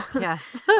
Yes